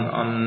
on